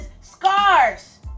scars